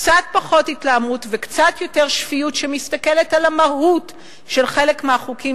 קצת פחות התלהמות וקצת יותר שפיות שמסתכלת על המהות של חלק מהחוקים